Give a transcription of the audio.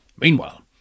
Meanwhile